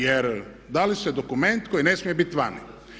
Jer dali ste dokument koji ne smije biti vani.